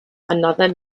another